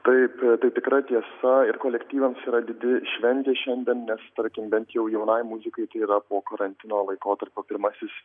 taip tai tikra tiesa ir kolektyvams yra didi šventė šiandien nes tarkim bent jau jaunai muzikai tai yra po karantino laikotarpio pirmasis